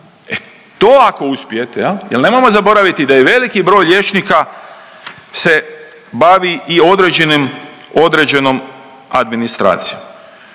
to ako uspijete jel, jer nemojmo zaboraviti da je veliki broj liječnika se bavi i određenim, određenom administracijom.